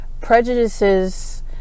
prejudices